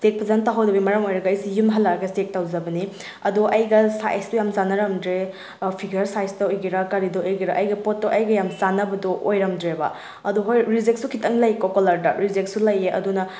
check ꯐꯖꯅ ꯇꯧꯍꯧꯗꯕꯒꯤ ꯃꯔꯝ ꯑꯣꯏꯔꯒ ꯑꯩꯁꯦ ꯌꯨꯝ ꯍꯜꯛꯂꯒ ꯆꯦꯛ ꯇꯧꯖꯕꯅꯤ ꯑꯗꯣ ꯑꯩꯒ ꯁꯥꯏꯁꯇꯣ ꯌꯥꯝ ꯆꯥꯅꯔꯝꯗ꯭ꯔꯦ ꯐꯤꯒ꯭ꯔ ꯁꯥꯏꯁꯇ ꯑꯣꯏꯒꯦꯔ ꯀꯔꯤꯗ ꯑꯣꯏꯒꯦꯔ ꯑꯩꯒ ꯄꯣꯠꯇꯣ ꯑꯩꯒ ꯌꯥꯝ ꯆꯥꯅꯕꯗꯣ ꯑꯣꯏꯔꯝꯗ꯭ꯔꯦꯕ ꯑꯗꯣ ꯍꯣꯏ ꯔꯤꯖꯦꯛꯁꯨ ꯈꯤꯇꯪ ꯂꯩꯀꯣ ꯀꯣꯂ꯭ꯔꯗ ꯔꯤꯖꯦꯛꯁꯨ ꯂꯩꯑꯦ ꯑꯗꯨꯅ